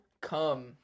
come